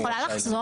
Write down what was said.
את יכולה לחזור?